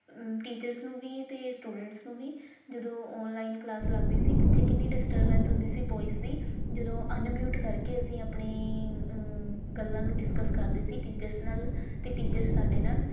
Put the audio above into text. teachers ਨੂੰ ਵੀ ਅਤੇ ਸਟੂਡੈਂਟਸ ਨੂੰ ਵੀ ਜਦੋਂ ਔਨਲਾਈਨ ਕਲਾਸ ਲੱਗਦੀ ਸੀ ਪਿੱਛੇ ਕਿੰਨੀ ਡਿਸਟਰਬੈਂਸ ਹੁੰਦੀ ਸੀ ਵੋਇਸ ਦੀ ਜਦੋਂ ਅਨਮਿਊਟ ਕਰਕੇ ਅਸੀਂ ਆਪਣੀ ਗੱਲਾਂ ਨੂੰ ਡਿਸਕਸ ਕਰਦੇ ਸੀ ਟੀਚਰਸ ਨਾਲ ਅਤੇ ਟੀਚਰ ਸਾਡੇ ਨਾਲ